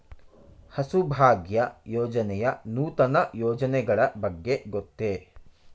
ಹಸುಭಾಗ್ಯ ಯೋಜನೆಯ ನೂತನ ಯೋಜನೆಗಳ ಬಗ್ಗೆ ಗೊತ್ತೇ?